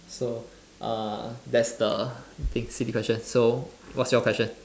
so uh that's the thing silly question so what's your question